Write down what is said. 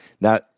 Now